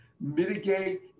mitigate